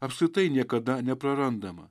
apskritai niekada neprarandama